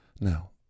Now